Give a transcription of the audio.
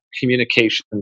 communication